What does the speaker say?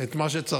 את מה שצריך.